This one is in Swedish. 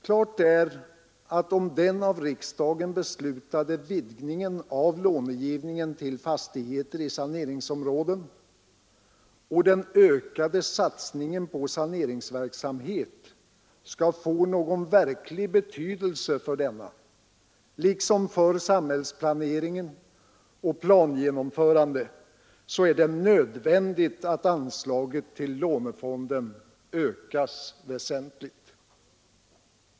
Klart är att om den av riksdagen beslutade vidgningen av långivningen till fastigheter i saneringsområden och den ökade satsningen på saneringsverksamheten skall få någon verklig betydelse för denna, liksom för samhällsplanering och plangenomförande, är det nödvändigt att anslaget till lånefonden ökas väsentligt.